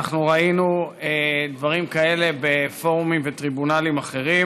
אנחנו ראינו דברים כאלה בפורומים ובטריבונלים אחרים.